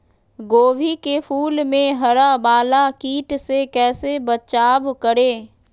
गोभी के फूल मे हरा वाला कीट से कैसे बचाब करें?